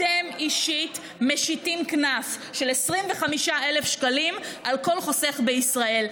אתם אישית משיתים קנס של 25,000 שקלים על כל חוסך בישראל.